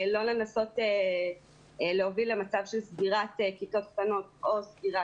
לא לנסות להוביל למצב של סגירת כיתות קטנות או סגירה